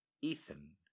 Ethan